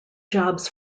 jobs